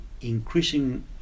increasing